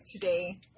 today